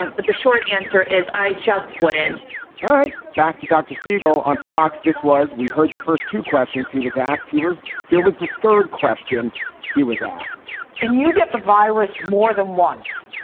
and but the short answer is i just planned and all right. back to dr. siegel on fox. this was we heard the first two questions he was asked. he was here was the third question he was asked can you get the virus more than once,